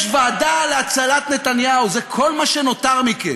יש ועדה להצלת נתניהו, זה כל מה שנותר מכם.